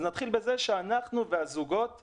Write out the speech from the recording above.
אז נתחיל בזה שאנחנו והזוגות ביחד,